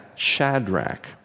Shadrach